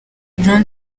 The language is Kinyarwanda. john